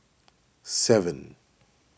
seven